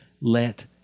let